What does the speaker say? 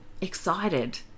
excited